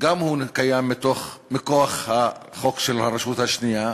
גם הוא קיים מכוח החוק של הרשות השנייה,